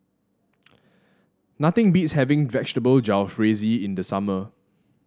nothing beats having Vegetable Jalfrezi in the summer